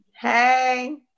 Hey